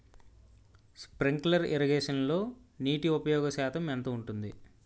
Sprinkler ఇరగేషన్లో నీటి ఉపయోగ శాతం ఎంత ఉంటుంది?